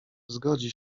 zgodzi